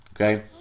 okay